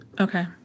Okay